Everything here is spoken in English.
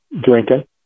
drinking